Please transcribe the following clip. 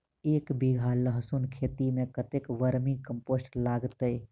एक बीघा लहसून खेती मे कतेक बर्मी कम्पोस्ट लागतै?